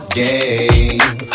game